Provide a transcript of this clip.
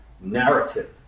narrative